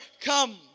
come